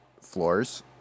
floors